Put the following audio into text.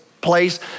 place